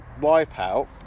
Wipeout